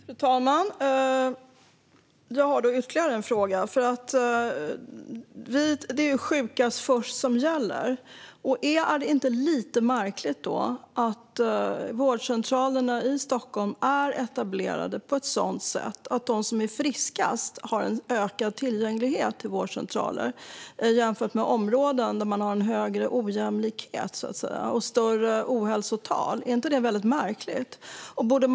Fru talman! Jag har ytterligare några frågor. Det är ju sjukast först som gäller. Är det inte lite märkligt då att vårdcentralerna i Stockholm är etablerade på ett sådant sätt att de som är friskast har en ökad tillgänglighet till vårdcentraler jämfört med områden där man har en större ojämlikhet och större ohälsotal? Är inte det väldigt märkligt?